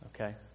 okay